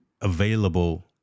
available